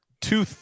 two